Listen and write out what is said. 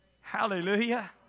Hallelujah